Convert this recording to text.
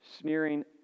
sneering